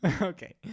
Okay